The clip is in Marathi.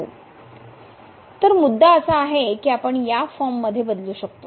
तर मुद्दा असा आहे की आपण या फॉर्ममध्ये बदलू शकतो